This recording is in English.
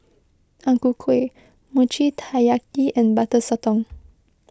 Ang Ku Kueh Mochi Taiyaki and Butter Sotong